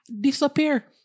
disappear